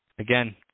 Again